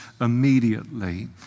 immediately